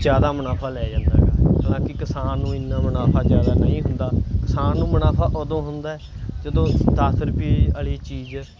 ਜ਼ਿਆਦਾ ਮੁਨਾਫਾ ਲੈ ਜਾਂਦਾ ਗਾ ਹਾਲਾਂਕਿ ਕਿਸਾਨ ਨੂੰ ਐਨਾ ਮੁਨਾਫਾ ਜ਼ਿਆਦਾ ਨਹੀਂ ਹੁੰਦਾ ਕਿਸਾਨ ਨੂੰ ਮੁਨਾਫਾ ਉਦੋਂ ਹੁੰਦਾ ਜਦੋਂ ਦਸ ਰੁਪਏ ਵਾਲੀ ਚੀਜ਼